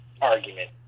argument